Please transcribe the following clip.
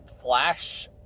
Flash